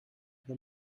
the